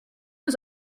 was